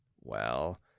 Well